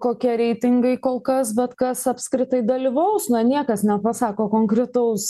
kokie reitingai kol kas bet kas apskritai dalyvaus nu niekas nepasako konkretaus